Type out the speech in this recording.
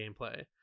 gameplay